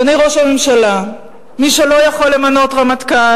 אדוני ראש הממשלה, מי שלא יכול למנות רמטכ"ל,